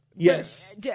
Yes